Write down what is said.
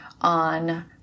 on